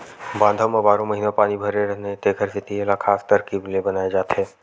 बांधा म बारो महिना पानी भरे रहना हे तेखर सेती एला खास तरकीब ले बनाए जाथे